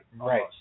Right